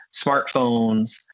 smartphones